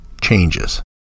changes